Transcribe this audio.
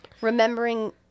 remembering